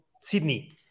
Sydney